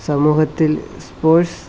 സമൂഹത്തിൽ സ്പോർട്സ്